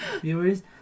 viewers